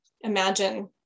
imagine